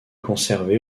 conservé